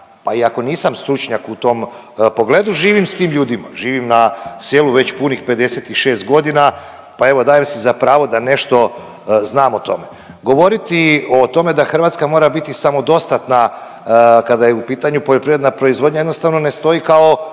pa i ako nisam stručnjak u tom pogledu, živim s tim ljudima, živim na selu već punih 56 godina pa evo dajem si za pravo da nešto znam o tome. Govoriti o tome da Hrvatska mora biti samodostatna kada je u pitanju poljoprivredna proizvodnja jednostavno ne stoji kao